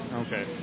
Okay